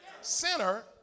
Sinner